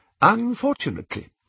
Unfortunately